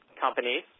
companies